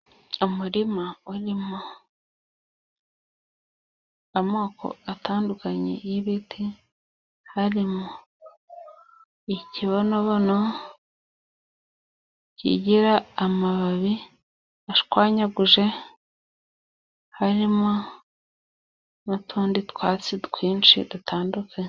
Umurima urimo amoko atandukanye y'ibiti. Harimo ikibonobono kigira amababi ashwanyaguje, harimo n'utundi twatsi twinshi dutandukanye.